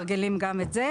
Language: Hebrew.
בגליל.